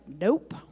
nope